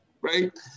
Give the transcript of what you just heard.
right